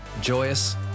joyous